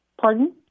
Pardon